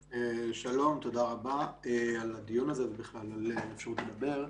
שלום, תודה רבה על הדיון הזה, ועל האפשרות לדבר.